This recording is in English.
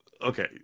Okay